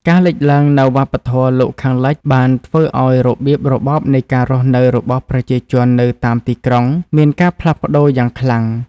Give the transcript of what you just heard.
ការលេចឡើងនូវវប្បធម៌លោកខាងលិចបានធ្វើឲ្យរបៀបរបបនៃការរស់នៅរបស់ប្រជាជននៅតាមទីក្រុងមានការផ្លាស់ប្តូរយ៉ាងខ្លាំង។